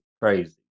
crazy